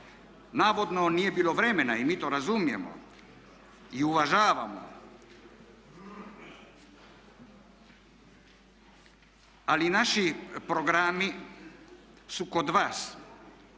Navodno nije bilo vremena, i mi to razumijemo i uvažavamo, ali naši programi su kod vas